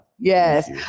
Yes